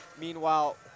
Meanwhile